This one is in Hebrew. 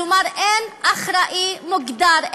כלומר, אין אחראי מוגדר.